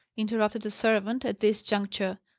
interrupted a servant at this juncture.